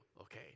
okay